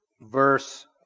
verse